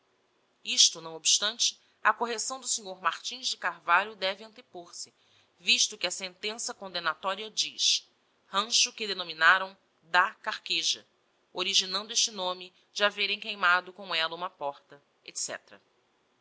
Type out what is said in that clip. isto não obstante a correcção do snr martins de carvalho deve antepor se visto que a sentença condemnatoria diz rancho que denominaram da carqueja originando este nome de haverem queimado com ella uma porta